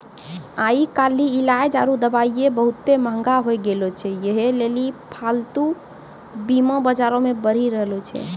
आइ काल्हि इलाज आरु दबाइयै बहुते मंहगा होय गैलो छै यहे लेली पालतू बीमा बजारो मे बढ़ि रहलो छै